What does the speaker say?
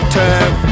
time